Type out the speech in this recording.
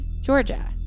Georgia